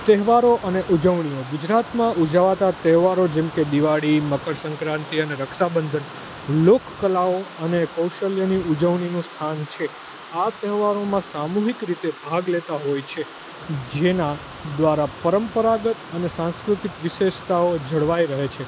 તહેવારો અને ઉજવણીઓ ગુજરાતમાં ઉજવાતા તહેવારો જેમકે દિવાળી મકર સંક્રાંતિ અને રક્ષા બંધન લોક કલાઓ અને કૌશલ્યની ઉજવણીનું સ્થાન છે આ તહેવારોમાં સામૂહિક રીતે ભાગ લેતા હોય છે જેના દ્વારા પરંપરાગત અને સાંસ્કૃતિક વિશેષતાઓ જળવાઈ રહે છે